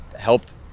helped